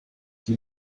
die